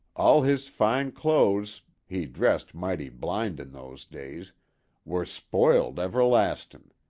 all his fine clothes he dressed mighty blindin' those days were spoiled everlastin'!